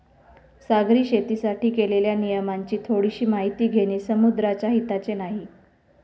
सागरी शेतीसाठी केलेल्या नियमांची थोडीशी माहिती घेणे समुद्राच्या हिताचे नाही